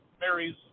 Mary's